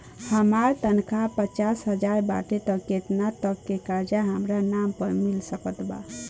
हमार तनख़ाह पच्चिस हज़ार बाटे त केतना तक के कर्जा हमरा नाम पर मिल सकत बा?